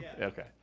Okay